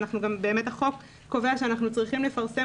ובאמת החוק קובע שאנחנו צריכים לפרסם